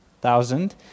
thousand